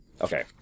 Okay